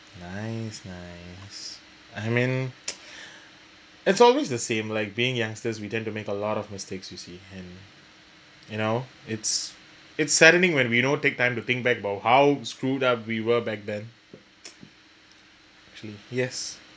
nice nice I mean it's always the same like being youngsters we tend to make a lot of mistakes you see and you know it's it's saddening when you know take time to think back about how screwed up we were back then actually yes